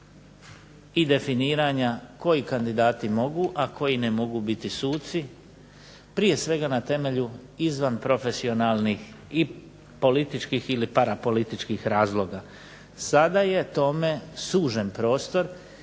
i definiranja koji kandidati mogu, a koji ne mogu biti suci, prije svega na temelju izvan profesionalnih i političkih ili parapolitičkih razloga. Sada je tome sužen prostor,